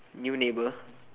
new neighbour